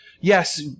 Yes